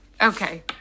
Okay